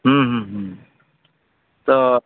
ᱛᱳ